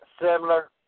similar